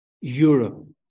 Europe